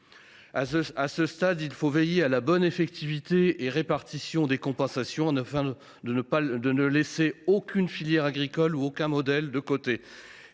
À ce stade, il faut veiller à l’effectivité et à la bonne répartition des compensations, afin de ne laisser aucune filière agricole ou aucun modèle de côté.